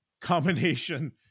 combination